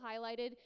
highlighted